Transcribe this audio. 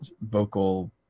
vocal